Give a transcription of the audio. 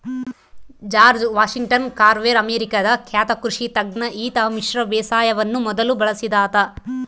George Washington Carver ಅಮೇರಿಕಾದ ಖ್ಯಾತ ಕೃಷಿ ತಜ್ಞ ಈತ ಮಿಶ್ರ ಬೇಸಾಯವನ್ನು ಮೊದಲು ಬಳಸಿದಾತ